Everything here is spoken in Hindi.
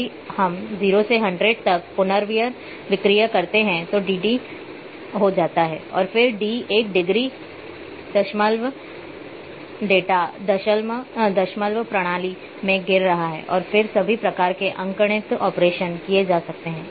यदि हम 0 से 100 तक को पुनर्विक्रय करते हैं तो यह dd हो जाता है और फिर d एक डिग्री दशमलव डेटा दशमलव प्रणाली में गिर रहा है और फिर सभी प्रकार के अंकगणितीय ऑपरेशन किए जा सकते हैं